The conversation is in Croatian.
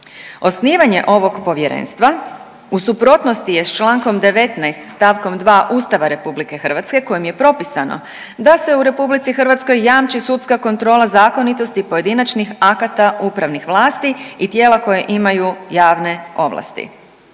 Osnivanje ovog Povjerenstva u suprotnosti je s čl. 19. st. 2. Ustava RH kojim je propisano da se u RH jamči sudska kontrola zakonitosti pojedinačnih akata upravnih vlasti i tijela koja imaju javne ovlasti,